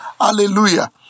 Hallelujah